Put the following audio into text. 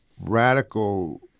radical